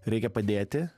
reikia padėti